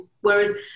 whereas